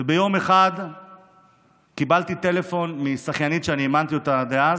ויום אחד קיבלתי טלפון משחיינית שאימנתי אותה אז.